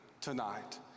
tonight